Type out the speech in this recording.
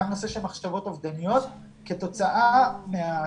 גם נושא של מחשבות אובדניות כתוצאה מהסיטואציה,